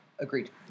Agreed